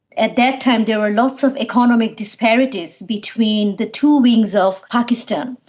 at that time there were lots of economic disparities between the two wings of pakistan.